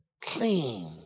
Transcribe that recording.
clean